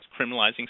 criminalizing